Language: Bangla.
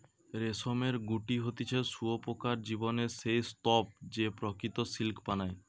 রেশমের গুটি হতিছে শুঁয়োপোকার জীবনের সেই স্তুপ যে প্রকৃত সিল্ক বানায়